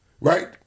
right